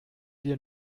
dir